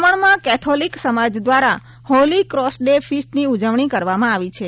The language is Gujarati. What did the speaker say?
દમણમાં કેથોલિક સમાજ દ્વારા હોલી ક્રોસ ડે ફિસ્ટની ઉજવણી કરવામાં આવી છે